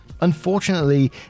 unfortunately